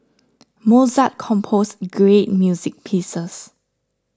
Mozart composed great music pieces